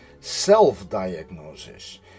self-diagnosis